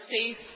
safe